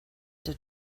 der